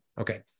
Okay